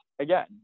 again